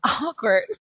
awkward